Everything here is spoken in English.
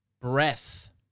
breath